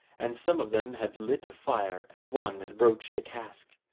and some of them had lit a fire, and one had broached a cask.